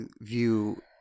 view